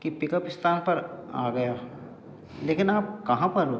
कि पिकअप स्थान पर आ गया लेकिन आप कहाँ पर हो